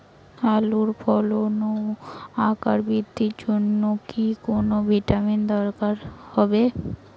আলুর ফলন ও আকার বৃদ্ধির জন্য কি কোনো ভিটামিন দরকার হবে?